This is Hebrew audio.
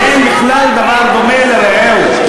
אין דבר דומה לרעהו.